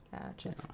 Gotcha